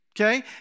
okay